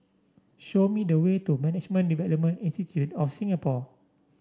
show me the way to Management Development Institute of Singapore